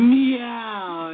Meow